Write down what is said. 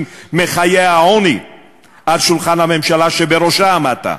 מחיי העוני על שולחן הממשלה שבראשה עמדת.